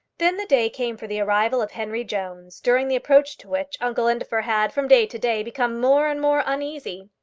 then the day came for the arrival of henry jones, during the approach to which uncle indefer had, from day to day, become more and more uneasy.